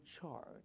charge